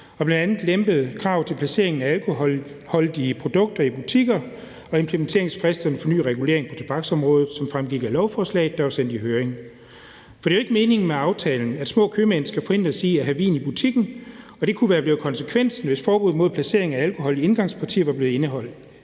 og bl.a. lempet kravene til placeringen af alkoholholdige produkter i butikker og implementeringsfristen for ny regulering på tobaksområdet, som fremgik af lovforslaget, der var sendt i høring. For det er jo ikke meningen med aftalen, at små købmænd skal forhindres i at have vin i butikken, og det kunne være blevet konsekvensen, hvis forbuddet mod placering af alkohol i indgangspartier var blevet opretholdt.